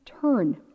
turn